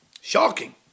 Shocking